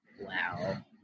Wow